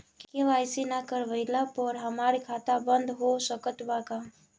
KYC ना करवाइला पर हमार खाता बंद हो सकत बा का?